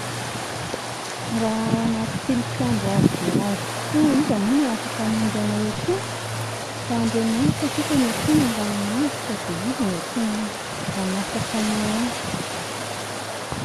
Raha ao anaty tilikambo avo dia avo tokoa iza moa no afaka hamonjy anao eo intsony? Andriamanitra sisa no antsoina mba hanavotra dia Izy no antsoina hanafaka anao ao